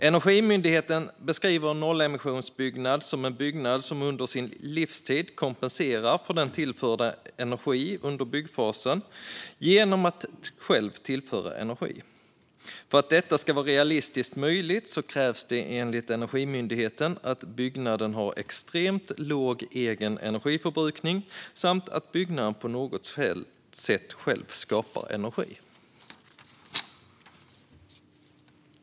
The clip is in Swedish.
Energimyndigheten beskriver en nollemissionsbyggnad som en byggnad som under sin livstid kompenserar för den tillförda energin under byggfasen genom att själv tillföra energi. För att detta ska vara realistiskt krävs enligt Energimyndigheten att byggnaden har extremt låg egen energiförbrukning samt att byggnaden på något sätt själv skapar energi.